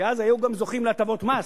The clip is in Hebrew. כי אז גם היו זוכים להטבות מס.